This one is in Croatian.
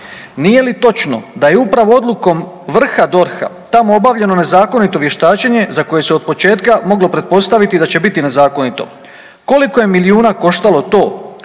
Nije li točno da je upravo odlukom vrha DORH-a tamo obavljeno nezakonito vještačenje za koje se od početka moglo pretpostaviti da će biti nezakonito? Koliko je milijuna koštalo to